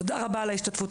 תודה רבה על ההשתתפות.